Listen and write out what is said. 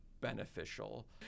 beneficial